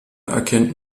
erkennt